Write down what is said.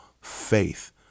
faith